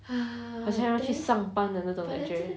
好像要去上班的那种感觉